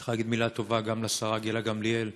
צריך להגיד מילה טובה גם לשרה גילה גמליאל,